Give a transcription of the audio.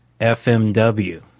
FMW